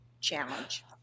challenge